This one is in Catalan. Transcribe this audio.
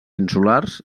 insulars